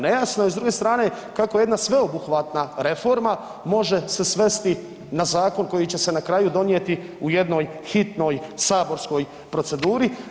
Nejasno je s druge strane kako jedna sveobuhvatna reforma može se svesti na zakon koji će se na kraju donijeti u jednoj hitnoj saborskoj proceduri.